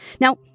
Now